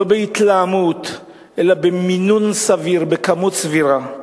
לא בהתלהמות אלא במינון סביר, בכמות סבירה.